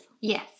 yes